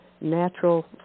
natural